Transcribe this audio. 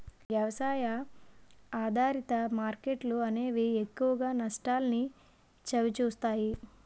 వ్యవసాయ ఆధారిత మార్కెట్లు అనేవి ఎక్కువగా నష్టాల్ని చవిచూస్తాయి